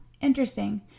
interesting